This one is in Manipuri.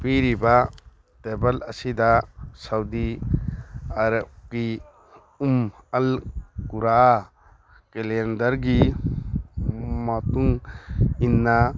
ꯄꯤꯔꯤꯕ ꯇꯦꯕꯜ ꯑꯁꯤꯗ ꯁꯥꯎꯗꯤ ꯑꯥꯔꯞꯀꯤ ꯎꯝ ꯑꯜ ꯎꯔꯥ ꯀꯦꯂꯦꯟꯗꯔꯒꯤ ꯃꯇꯨꯡ ꯏꯟꯅ